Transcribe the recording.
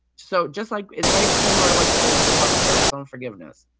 so just like it's very similar to what they're doing with public service loan forgiveness.